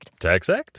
TaxAct